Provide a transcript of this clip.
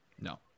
No